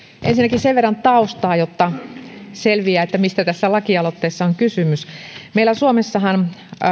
ensinnäkin sen verran taustaa että selviää mistä tässä lakialoitteessa on kysymys meillä suomessahan